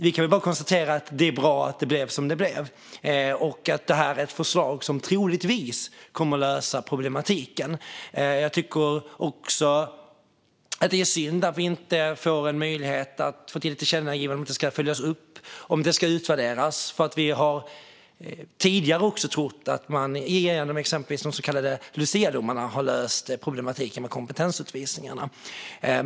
Vi kan väl bara konstatera att det är bra att det blev som det blev och att det här är ett förslag som troligtvis kommer att lösa problematiken. Jag tycker dock att det är synd att vi inte får möjlighet att få till ett tillkännagivande om att det ska följas upp och utvärderas. Vi har trott att man löst problematiken med kompetensutvisningar tidigare, exempelvis i en av de så kallade luciadomarna.